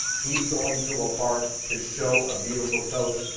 he's going to a park to show a beautiful coach.